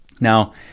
Now